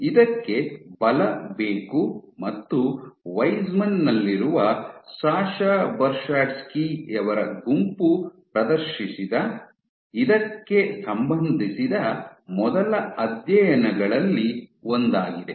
ಇದಕ್ಕೆ ಬಲ ಬೇಕು ಮತ್ತು ವೈಜ್ಮನ್ ನಲ್ಲಿರುವ ಸಶಾ ಬರ್ಷಡ್ಸ್ಕಿ ಯವರ ಗುಂಪು ಪ್ರದರ್ಶಿಸಿದ ಇದಕ್ಕೆ ಸಂಬಂಧಿಸಿದ ಮೊದಲ ಅಧ್ಯಯನಗಳಲ್ಲಿ ಒಂದಾಗಿದೆ